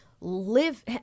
live